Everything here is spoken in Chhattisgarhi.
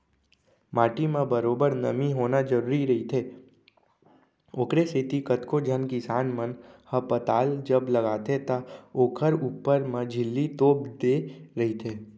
माटी म बरोबर नमी होना जरुरी रहिथे, ओखरे सेती कतको झन किसान मन ह पताल जब लगाथे त ओखर ऊपर म झिल्ली तोप देय रहिथे